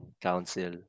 council